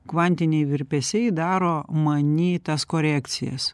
kvantiniai virpesiai daro manyj tas korekcijas